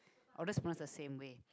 i'll just pronounce the same way